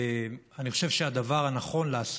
אני חושב שהדבר הנכון לעשות,